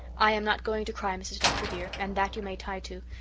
i am not going to cry, mrs. dr. dear, and that you may tie to,